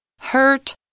Hurt